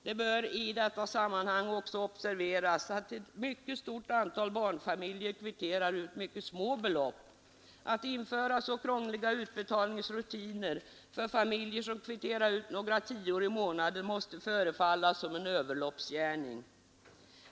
Det bör i detta sammanhang också observeras att ett mycket stort antal barnfamiljer kvitterar ut bara små belopp. Att införa så krångliga utbetalningsrutiner för familjer som kvitterar ut några tior i månaden måste förefalla som en överloppsgärning.